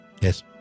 Yes